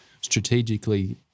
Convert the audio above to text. strategically